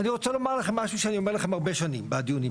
אני רוצה לומר לכם משהו שאני אומר לכם הרבה שנים בדיונים.